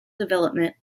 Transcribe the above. development